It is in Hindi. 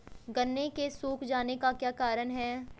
गन्ने के सूख जाने का क्या कारण है?